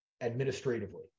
administratively